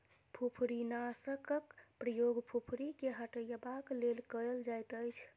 फुफरीनाशकक प्रयोग फुफरी के हटयबाक लेल कयल जाइतअछि